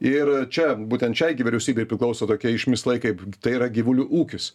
ir čia būtent šiai gi vyriausybei priklauso tokie išmislai kaip tai yra gyvulių ūkis